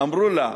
אמרו לה: